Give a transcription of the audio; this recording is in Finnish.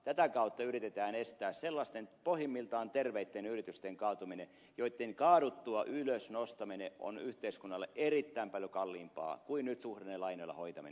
tätä kautta yritetään estää sellaisten pohjimmiltaan terveitten yritysten kaatuminen joitten kaaduttua ylös nostaminen on yhteiskunnalle erittäin paljon kalliimpaa kuin nyt suhdannelainoilla hoitaminen